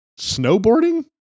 Snowboarding